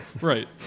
Right